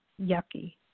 yucky